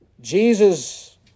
Jesus